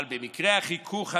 אבל במקרי החיכוך המתוקשרים,